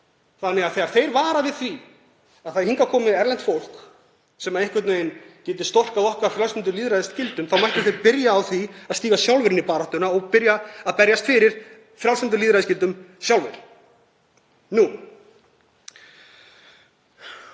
Þannig að þegar þeir vara við því að hingað komi erlent fólk sem einhvern veginn geti storkað okkar frjálslyndu lýðræðisgildum mættu þeir byrja á því að stíga sjálfir inn í baráttuna og byrja að berjast fyrir frjálslyndum lýðræðisgildum sjálfir. Ég